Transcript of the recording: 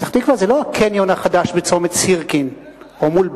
פתח-תקווה זה לא הקניון החדש בצומת סירקין או מול "בילינסון".